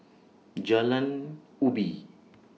Jalan Ubi